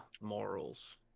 morals